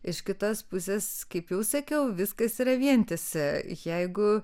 iš kitos pusės kaip jau sakiau viskas yra vientisa jeigu